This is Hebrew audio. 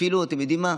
ואפילו אתם יודעים מה?